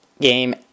game